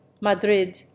Madrid